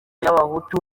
y’abahutu